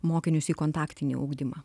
mokinius į kontaktinį ugdymą